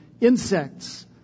insects